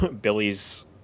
Billy's